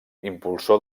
impulsor